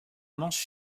manche